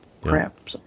crap